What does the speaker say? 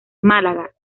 málaga